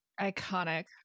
Iconic